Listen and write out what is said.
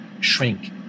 Shrink